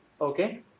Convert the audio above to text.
Okay